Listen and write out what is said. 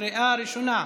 קריאה ראשונה.